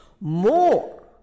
more